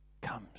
comes